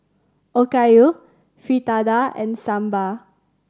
Okayu Fritada and Sambar